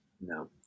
No